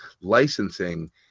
licensing